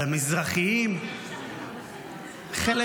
על המזרחים --- לא.